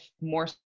more